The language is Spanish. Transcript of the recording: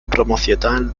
promocional